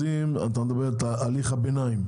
מתכוון להליך הביניים.